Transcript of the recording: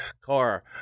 car